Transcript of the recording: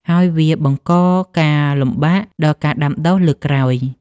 ហើយវាបង្កការលំបាកដល់ការដាំដុះលើកក្រោយ។